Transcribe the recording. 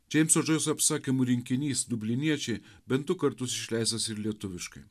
džeimso džoiso apsakymų rinkinys dubliniečiai bent du kartus išleistas ir lietuviškai